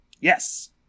Yes